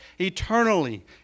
Eternally